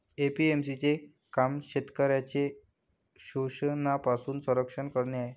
APMC चे काम शेतकऱ्यांचे शोषणापासून संरक्षण करणे आहे